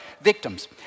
victims